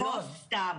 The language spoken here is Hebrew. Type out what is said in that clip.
לא סתם.